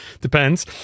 Depends